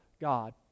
God